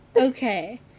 Okay